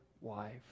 wife